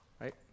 Right